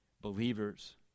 believers